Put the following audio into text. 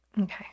Okay